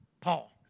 Paul